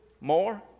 more